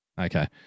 Okay